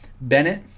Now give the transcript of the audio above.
Bennett